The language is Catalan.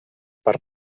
per